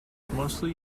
mostly